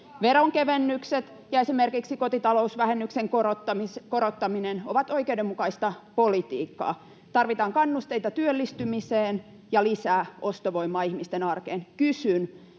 Veronkevennykset ja esimerkiksi kotitalousvähennyksen korottaminen ovat oikeudenmukaista politiikkaa. Tarvitaan kannusteita työllistymiseen ja lisää ostovoimaa ihmisten arkeen. Kysyn: